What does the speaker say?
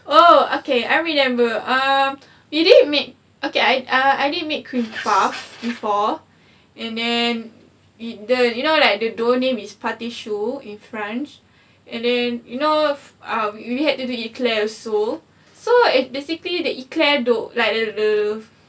oh okay I remember um we didn't make okay err I didn't make cream puff before and then in the you know like the dough name is pate choux in french and then you know uh we had to do eclaire choux so it's basically the eclaire dough like the the